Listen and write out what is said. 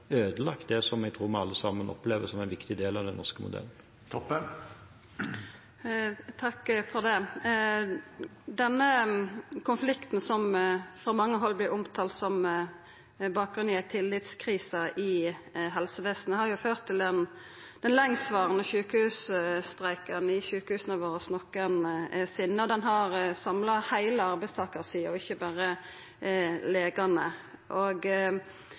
ødelagt det jeg tror vi alle sammen opplever som en viktig del av den norske modellen. Takk for det. Denne konflikten, som frå mange hald vert omtalt som å ha bakgrunn i ei tillitskrise i helsevesenet, har ført til den sjukehusstreiken som har vart lengst i sjukehusa våre nokon sinne. Han har samla heile